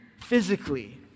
physically